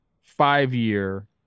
five-year